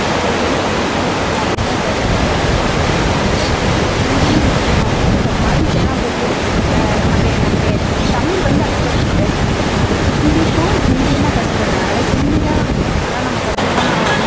பழங்காலத்துலேருந்து தமிழ் தான் முக்கியம் அப்புடின்னு பேசப்படுகிற நேரத்தில் இப்போக்கி ஹிந்தியும் முக்கியம் அப்படின்ட்டு இப்போ ஃபாரீன் சைடெலாம் போகும்போது நமக்கு நமக்கு தமிழ் வந்து அந்த இடத்துல நமக்கு பேசப்படல இங்கிலீஷும் ஹிந்தியும் தான் பேசப்படுது அதனால ஹிந்தி தான் அதனால் நம்ம கற்றுக்கணுனு